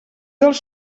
dels